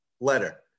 letter